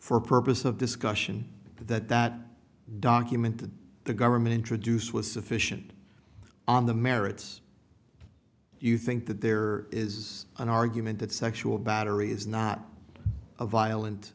the purpose of discussion that that document that the government introduced was sufficient on the merits you think that there is an argument that sexual battery is not a violent